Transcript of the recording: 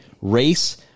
race